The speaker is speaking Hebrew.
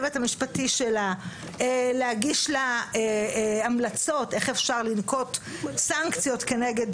המשפטי שלה להגיש לה המלצות איך אפשר לנקוט בסנקציות נגד